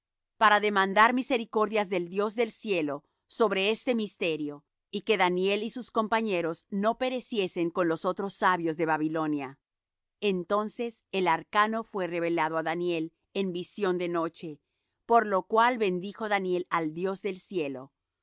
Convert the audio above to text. para demandar misericordias del dios del cielo sobre este misterio y que daniel y sus compañeros no pereciesen con los otros sabios de babilonia entonces el arcano fué revelado á daniel en visión de noche por lo cual bendijo daniel al dios del cielo y